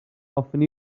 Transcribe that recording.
hoffwn